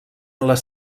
les